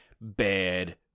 bad